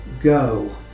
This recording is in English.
go